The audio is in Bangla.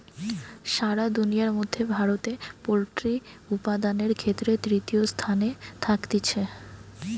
সারা দুনিয়ার মধ্যে ভারতে পোল্ট্রি উপাদানের ক্ষেত্রে তৃতীয় স্থানে থাকতিছে